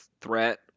threat